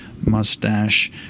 mustache